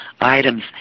items